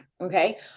Okay